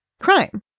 crime